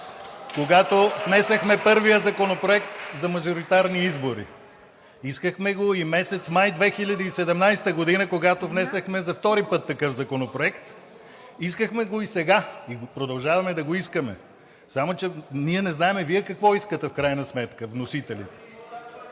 когато внесохме първия законопроект за мажоритарни избори. Искахме го и месец май 2017 г., когато внесохме за втори път такъв законопроект. Искахме го и сега, и продължаваме да го искаме. Само че ние не знаем Вие какво искате в крайна сметка – вносителите.